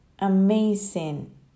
amazing